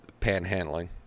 panhandling